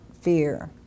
fear